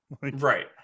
Right